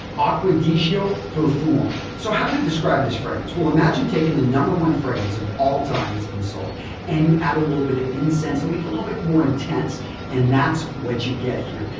aqua di gio profumo. so, how to describe this fragrance? well, imagine taking the number one fragrance of all time that's been sold and you add a little bit of incense, so make it a little bit more intense and that's what you get here.